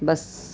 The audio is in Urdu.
بس